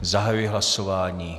Zahajuji hlasování.